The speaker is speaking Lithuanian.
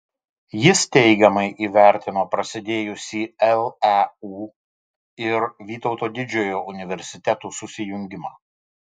jis teigiamai įvertino prasidėjusį leu ir vytauto didžiojo universitetų susijungimą